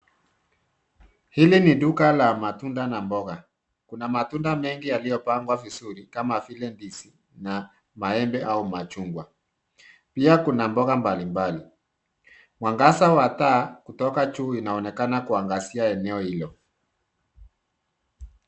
Hili ni duka la matunda na mboga. Kuna matunda mengi yaliyopangwa vizuri, kama vile ndizi, na maembe, au machungwa. Pia kuna mboga mbalimbali. Mwangaza wa taa kutoka juu inaonekana kuangazia eneo hilo.